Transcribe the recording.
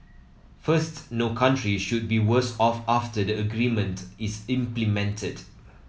first no country should be worse off after the agreement is implemented